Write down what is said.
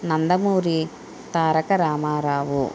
Nandamuri Taraka Rama Rao